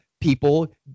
people